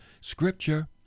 Scripture